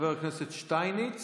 חבר הכנסת שטייניץ